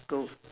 two